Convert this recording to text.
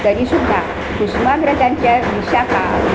तरी सुद्धा कुसुमार्गजांच्या विशाखा